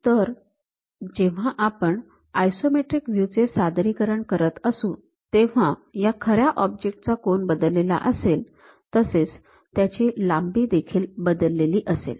तर जेव्हा आपण आयसोमेट्रिक व्ह्यू चे सादरीकरण करत असू तेव्हा या खऱ्या ऑब्जेक्ट चा कोन बदललेला असेल तसेच त्याची लांबीदेखील बदललेली असेल